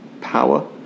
power